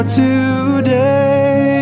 today